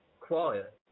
quiet